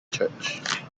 church